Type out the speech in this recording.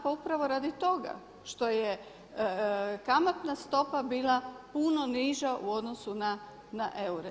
Pa upravo radi toga što je kamatna stopa bila puno niža u odnosu na eure.